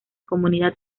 comunidad